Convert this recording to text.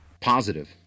positive